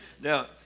Now